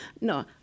no